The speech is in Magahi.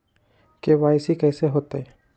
के.वाई.सी कैसे होतई?